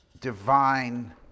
divine